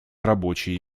рабочие